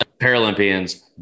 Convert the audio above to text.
Paralympians